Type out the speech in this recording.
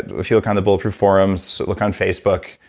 if you look on the bulletproof forums, look on facebook,